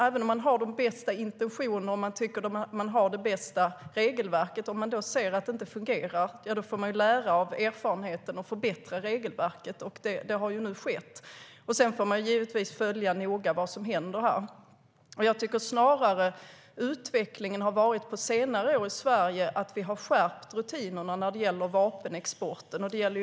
Även om de bästa intentionerna finns, och det bästa regelverket, får man om man ser att det inte fungerar lära sig av erfarenheterna och förbättra regelverket. Det har nu skett. Sedan får man givetvis noga följa vad som händer. Jag tycker snarare att utvecklingen på senare år i Sverige har varit att rutinerna för vapenexport har skärpts.